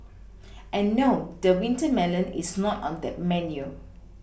and no the winter melon is not on that menu